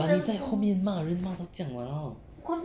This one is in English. but 你在后面骂人骂到这样 !walao!